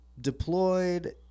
deployed